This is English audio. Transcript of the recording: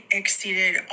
exceeded